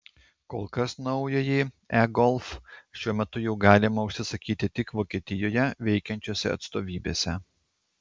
kol kas naująjį e golf šiuo metu jau galima užsisakyti tik vokietijoje veikiančiose atstovybėse